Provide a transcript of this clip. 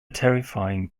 terrifying